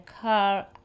car